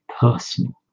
personal